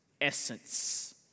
essence